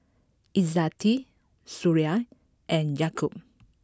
Izzati Suria and Yaakob